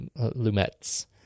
Lumet's